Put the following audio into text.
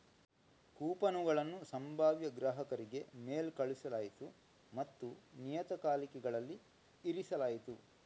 ಕೂಪನುಗಳನ್ನು ಸಂಭಾವ್ಯ ಗ್ರಾಹಕರಿಗೆ ಮೇಲ್ ಕಳುಹಿಸಲಾಯಿತು ಮತ್ತು ನಿಯತಕಾಲಿಕೆಗಳಲ್ಲಿ ಇರಿಸಲಾಯಿತು